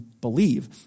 believe